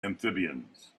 amphibians